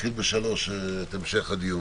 ואם אנחנו יכולים לתת מענה או לא.